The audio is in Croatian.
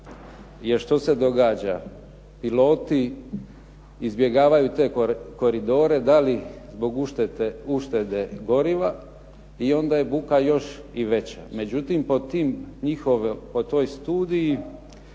Jer što se događa. Piloti izbjegavaju te koridore, da li zbog uštede goriva i onda je buka još i veća. Međutim, po toj studiji